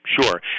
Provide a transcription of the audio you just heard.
Sure